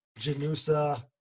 Janusa